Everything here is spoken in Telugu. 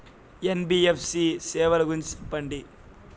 ఎన్.బి.ఎఫ్.సి సేవల గురించి సెప్పండి?